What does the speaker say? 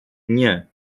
nie